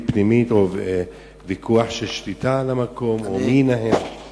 אופי ההתנהלות ברשות משפיע גם על יכולת האכיפה בעניין זה.